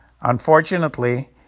Unfortunately